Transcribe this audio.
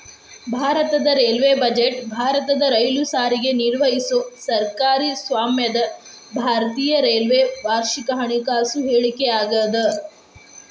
ಭಾರತದ railway budget ಭಾರತದ ರೈಲು ಸಾರಿಗೆ ನಿರ್ವಹಿಸೊ ಸರ್ಕಾರಿ ಸ್ವಾಮ್ಯದ ಭಾರತೇಯ ರೈಲ್ವೆ ವಾರ್ಷಿಕ ಹಣಕಾಸು ಹೇಳಿಕೆಯಾಗ್ಯಾದ